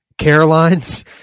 carolines